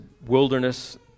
wilderness